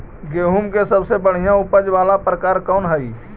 गेंहूम के सबसे बढ़िया उपज वाला प्रकार कौन हई?